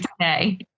today